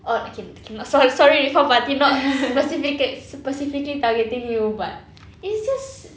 on~ okay I can~ cannot sorry reform party but did not specifica~ specifically targeting you but it's just